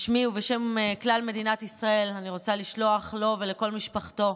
בשמי ובשם כלל מדינת ישראל אני רוצה לשלוח לכל משפחתו.